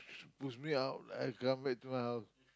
push me out I come back to my house